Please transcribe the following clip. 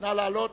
נא לעלות.